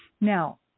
now